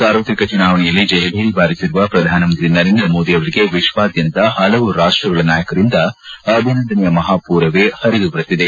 ಸಾರ್ವತ್ರಿಕ ಚುನಾವಣೆಯಲ್ಲಿ ಜಯಭೇರಿ ಬಾರಿಸಿರುವ ಪ್ರಧಾನ ಮಂತ್ರಿ ನರೇಂದ್ರ ಮೋದಿ ಅವರಿಗೆ ವಿಶ್ವಾದ್ಯಂತ ಹಲವು ರಾಷ್ಟಗಳ ನಾಯಕರಿಂದ ಅಭಿನಂದನೆಯ ಮಹಾಪೂರವೇ ಹರಿದುಬರುತ್ತಿದೆ